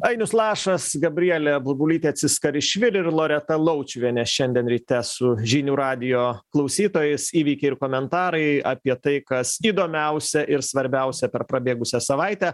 ainius lašas gabrielė burbulytė aciskarišvili ir loreta laučiuvienė šiandien ryte su žinių radijo klausytojais įvykiai ir komentarai apie tai kas įdomiausia ir svarbiausia per prabėgusią savaitę